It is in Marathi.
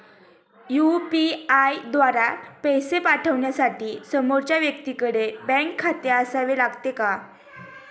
यु.पी.आय द्वारा पैसे पाठवण्यासाठी समोरच्या व्यक्तीकडे बँक खाते असावे लागते का?